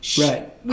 Right